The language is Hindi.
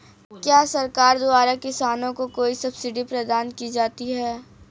क्या सरकार द्वारा किसानों को कोई सब्सिडी प्रदान की जाती है?